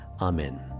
Amen